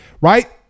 Right